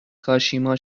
کاشیما